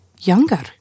Younger